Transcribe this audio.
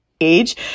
age